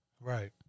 Right